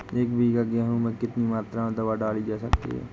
एक बीघा गेहूँ में कितनी मात्रा में दवा डाली जा सकती है?